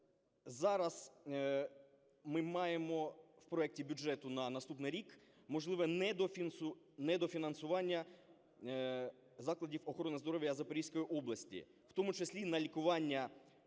зараз ми маємо в проекті бюджету на наступний рік, можливо, недофінансування закладів охорони здоров'я Запорізької області, у тому числі на лікування хворих